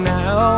now